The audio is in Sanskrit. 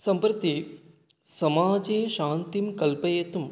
साम्प्रति समाजे शान्तिं कल्पयतुम्